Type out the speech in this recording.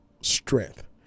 strength